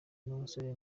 n’umusore